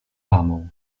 lamą